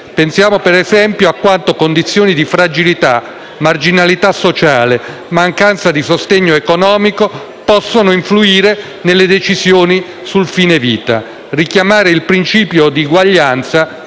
Pensiamo, ad esempio, a quanto condizioni di fragilità, marginalità sociale, mancanza di sostegno economico possano influire nelle decisioni sul fine vita. Richiamare il principio di uguaglianza